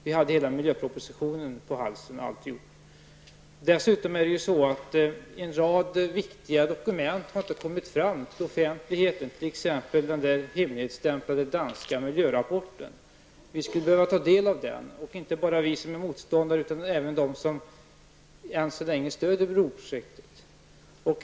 Vi hade hela miljöpropositionen på halsen, osv. Dessutom är det så att en rad viktiga dokument inte har kommit till offentligheten, t.ex. den hemligstämplade danska miljörapporten. Vi skulle behöva ta del av den, inte bara vi som är motståndare utan även de som än så länge stöder broprojektet.